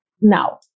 now